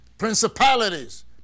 principalities